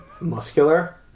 muscular